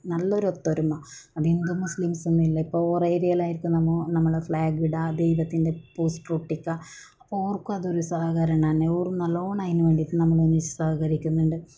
നല്ലൊരു ഒത്തൊരുമ അത് ഹിന്ദു മുസ്ലിംസ് എന്നില്ല ഇപ്പോൾ ഓറെ ഏരിയയിലായിരിക്കും നമ്മൾ നമ്മളെ ഫ്ലാഗ് ഇടുക ദൈവത്തിൻ്റെ പോസ്റ്റർ ഒട്ടിക്കുക അപ്പോൾ ഓർക്ക് അതൊരു സഹകരണം തന്നെ ഓറും നല്ലവണ്ണം അതിനുവേണ്ടി നമ്മളൊന്നിച്ച് സഹകരിക്കുന്നുണ്ട്